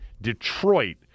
Detroit